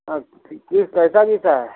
اچھا جی کیسا کیسا ہے